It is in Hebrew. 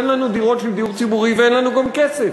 אין לנו דירות של דיור ציבורי ואין לנו גם כסף,